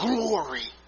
Glory